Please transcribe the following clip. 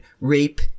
rape